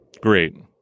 Great